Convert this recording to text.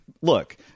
look